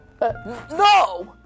No